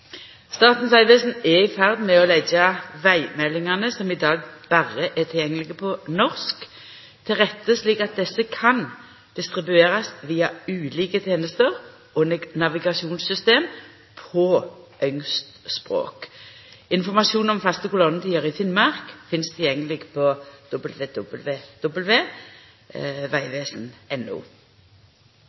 Statens vegvesen er i ferd med å leggja vegmeldingane, som i dag berre er tilgjengelege på norsk, til rette slik at desse kan distribuerast via ulike tenester og navigasjonssystem på ynskt språk. Informasjon om faste kolonnetider i Finnmark finst tilgjengeleg på vegvesen.no. Statens vegvesen